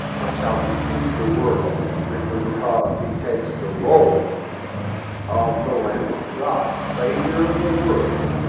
that shall deceive the world simply because he takes the role of the lamb of god, savior of the world,